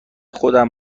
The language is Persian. خودم